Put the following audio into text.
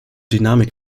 dynamik